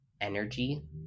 energy